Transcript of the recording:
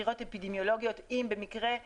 חקירות אפידמיולוגיות אם יהיה צורך.